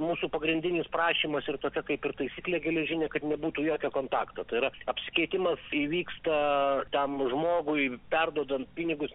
mūsų pagrindinis prašymas ir tokia kaip ir taisyklė geležinė kad nebūtų jokio kontakto tai yra apsikeitimas įvyksta tam žmogui perduodant pinigus